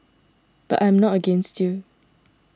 but I am not against you